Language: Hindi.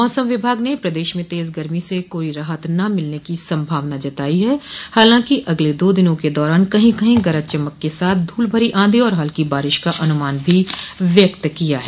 मौसम विभाग ने प्रदेश में तेज गर्मी से कोई राहत न मिलने की संभावना जताई है हालांकि अगले दा दिनों के दौरान कही कही गरज चमक के साथ धूल भरी आंधी और हल्की बारिश का अनुमान भी व्यक्त किया है